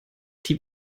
die